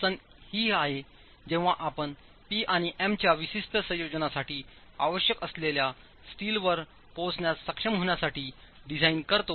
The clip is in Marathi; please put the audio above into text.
अडचण ही आहे जेव्हा आपण P आणि M च्या विशिष्ट संयोजनासाठी आवश्यक असलेल्या स्टीलवर पोचण्यास सक्षम होण्यासाठी डिझाइन करता